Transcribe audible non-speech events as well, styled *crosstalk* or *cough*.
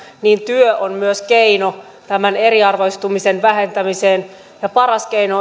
niin työ on myös keino tämän eriarvoistumisen vähentämiseen ja oikeastaan paras keino *unintelligible*